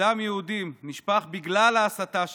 שדם יהודים נשפך בגלל ההסתה שלו,